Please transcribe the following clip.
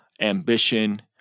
ambition